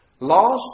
Lost